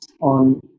on